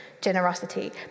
generosity